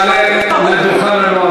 חבר הכנסת יריב לוין יעלה על דוכן הנאומים.